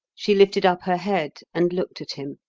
she lifted up her head and looked at him.